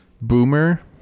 Boomer